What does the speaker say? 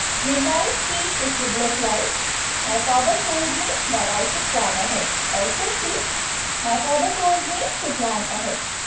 and in indirect speech, it would look like my father told me that i should plan ahead. or simply my father told me to plan ahead.